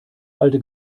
alte